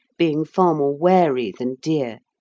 being far more wary than deer,